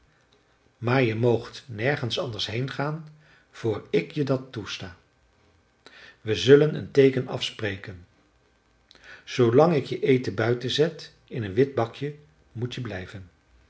maar je moogt nergens anders heengaan vr ik je dat toesta we zullen een teeken afspreken zoolang ik je eten buiten zet in een wit bakje moet je blijven